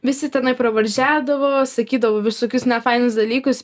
visi tenai pravažiadavo sakydavo visokius nešvankius dalykus